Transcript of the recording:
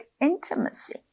intimacy